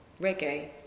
reggae